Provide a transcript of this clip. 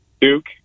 Duke